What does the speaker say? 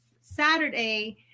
Saturday